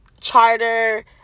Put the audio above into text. Charter